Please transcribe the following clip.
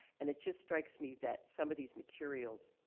and it just strikes me that some of these materials,